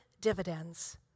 dividends